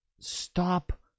stop